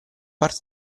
parte